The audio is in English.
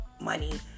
money